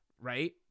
right